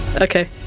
Okay